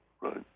right